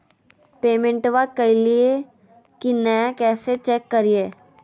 पेमेंटबा कलिए की नय, कैसे चेक करिए?